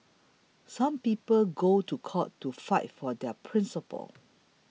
some people go to court to fight for their principles